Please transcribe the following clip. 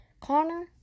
Connor